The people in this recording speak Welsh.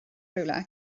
rhywle